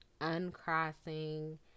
uncrossing